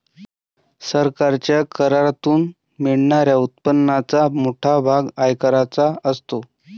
सरकारच्या करातून मिळणाऱ्या उत्पन्नाचा मोठा भाग आयकराचा असतो